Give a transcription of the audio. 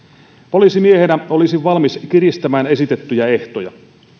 poliisimiehenä olisin valmis kiristämään esitettyjä ehtoja